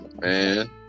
Man